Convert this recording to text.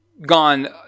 gone